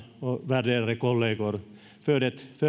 värderade kollegor för det